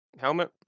helmet